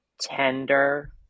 tender